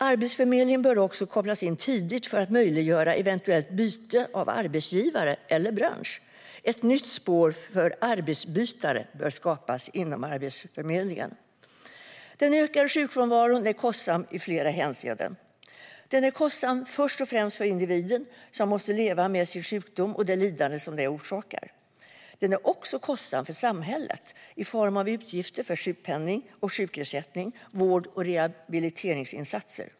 Arbetsförmedlingen bör också kopplas in tidigt för att möjliggöra eventuellt byte av arbetsgivare eller bransch. Ett nytt spår för "arbetsbytare" bör skapas inom Arbetsförmedlingen. Den ökande sjukfrånvaron är kostsam i flera hänseenden. Den är kostsam först och främst för individen, som måste leva med sin sjukdom och det lidande den orsakar. Den är också kostsam för samhället i form av utgifter för sjukpenning och sjukersättning och vård och rehabiliteringsinsatser.